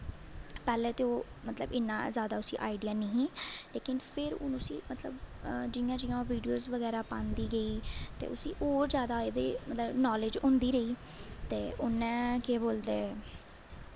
पैह्लें ते ओह् मतलब इन्ना जादा उसी अईडिया निही लेकिन फिर हून उसी मतलब जियां जियां ओह् वीडियोस बगैरा पांदी गेई ते उसी होर जादा एह्दे मतलब नालेज़ होंदी रेही ते उन्नै केह् बोलदे